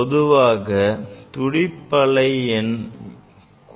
பொதுவாக துடிப்பலை எண் மிகை அதிர்வெண்ணை கொண்டிருக்கும்